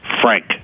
Frank